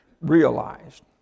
realized